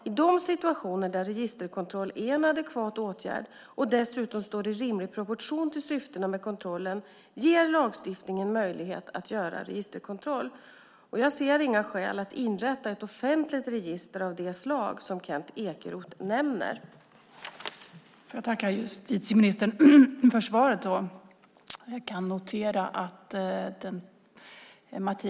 I de situationer där registerkontroll är en adekvat åtgärd och dessutom står i rimlig proportion till syftena med kontrollen ger lagstiftningen möjlighet att göra registerkontroll. Jag ser inga skäl att inrätta ett offentligt register av det slag som Kent Ekeroth nämner. Då Mattias Karlsson, som skulle delta i överläggningen i stället för Kent Ekeroth som framställt interpellationen men var förhindrad att närvara vid sammanträdet, inte var närvarande i kammaren förklarade tredje vice talmannen överläggningen avslutad.